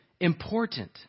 important